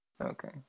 Okay